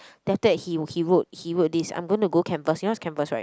then after that he he wrote he wrote this I'm gonna go canvass you know what's canvass right